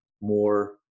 more